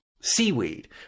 seaweed